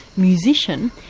musician,